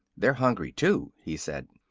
they're hungry, too, he said.